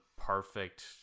perfect